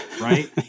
right